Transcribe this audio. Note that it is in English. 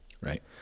right